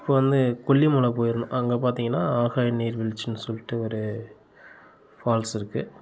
இப்போ வந்து கொல்லிமலை போயிருந்தோம் அங்கே பார்த்திங்கன்னா ஆகாய நீர்வீழ்ச்சின்னு சொல்லிட்டு ஒரு ஃபால்ஸ் இருக்குது